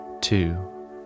two